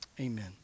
Amen